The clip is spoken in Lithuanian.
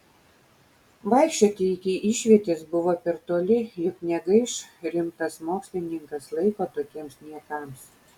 vaikščioti iki išvietės buvo per toli juk negaiš rimtas mokslininkas laiko tokiems niekams